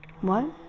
What